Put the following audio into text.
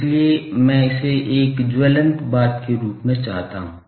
इसलिए मैं इसे एक ज्वलंत बात के रूप में चाहता हूं